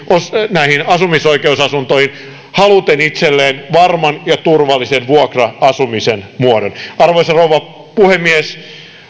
näihin asumisoikeusasuntoihin haluten itselleen varman ja turvallisen vuokra asumisen muodon arvoisa rouva puhemies